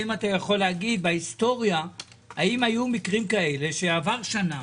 האם אתה יכול לומר בהיסטוריה האם היו מקרים כאלה שעבר שנה